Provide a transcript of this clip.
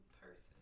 person